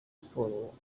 sports